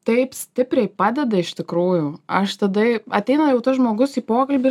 taip stipriai padeda iš tikrųjų aš tada ateina jau tas žmogus į pokalbį